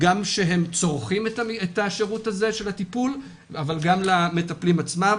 שצורכים את השירות הזה של הטיפול אבל גם למטפלים עצמם.